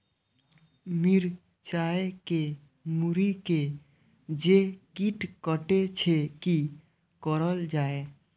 मिरचाय के मुरी के जे कीट कटे छे की करल जाय?